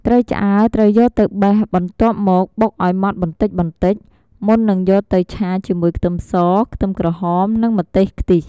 ត្រីឆ្អើរ ត្រូវយកទៅបេះបន្ទាប់មកបុកឱ្យម៉ត់បន្តិចៗ មុននឹងយកទៅឆាជាមួយខ្ទឹមស ខ្ទឹមក្រហម និងម្ទេសខ្ទិះ។